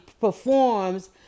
performs